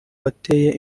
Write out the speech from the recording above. wateye